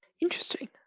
Interesting